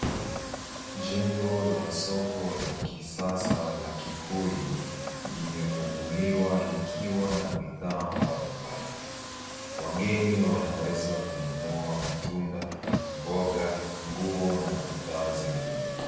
Jengo la soko la kisasa la Kikuyu limefunguliwa likiwa na bidhaa mbalimbali. Wageni wanaweza kununua matunda, mboga, nguo na bidhaa zingine.